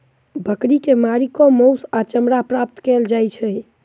बकरी के मारि क मौस आ चमड़ा प्राप्त कयल जाइत छै